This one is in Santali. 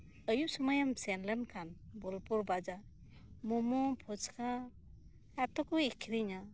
ᱟᱹᱭᱩᱵ ᱥᱚᱢᱚᱭᱮᱢ ᱥᱮᱱ ᱞᱮᱱ ᱠᱷᱟᱱ ᱵᱳᱞᱯᱩᱨ ᱵᱟᱡᱟᱨ ᱢᱳᱢᱳ ᱯᱷᱩᱪᱠᱟᱹ ᱮᱛᱚ ᱠᱚ ᱟᱹᱠᱷᱨᱤᱧᱟ